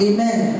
Amen